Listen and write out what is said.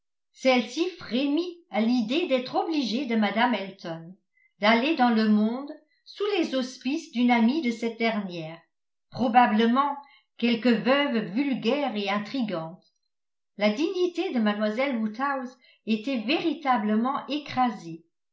celle-ci frémit à l'idée d'être l'obligée de mme elton d'aller dans le monde sous les auspices d'une amie de cette dernière probablement quelque veuve vulgaire et intrigante la dignité de mlle woodhouse était véritablement écrasée